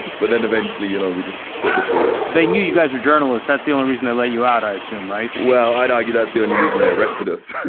but then eventually, you know we just got deported. they knew you guys were journalists. that's the only reason they let you out, i assume. right? well, i'd argue that that's the only reason they arrested us.